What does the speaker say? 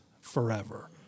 forever